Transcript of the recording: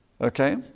Okay